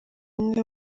umwe